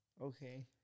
Okay